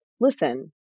listen